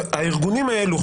הארגונים האלו,